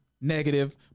negative